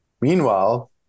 Meanwhile